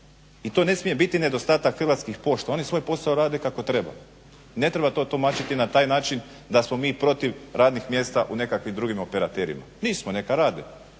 i to ne smije biti nedostatak Hrvatskih pošta. Oni svoj posao rade kako treba. Ne treba to tumačiti na taj način da smo mi protiv radnih mjesta u nekakvim drugim operaterima. Nismo, neka rade,